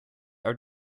are